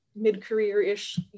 mid-career-ish